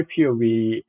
POV